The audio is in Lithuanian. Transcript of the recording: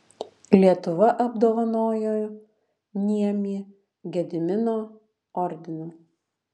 lietuva apdovanojo niemį gedimino ordinu